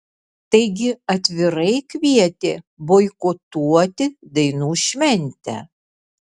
taigi atvirai kvietė boikotuoti dainų šventę